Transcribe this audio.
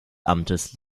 amtes